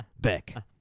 Beck